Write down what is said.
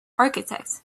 architect